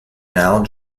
now